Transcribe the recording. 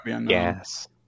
yes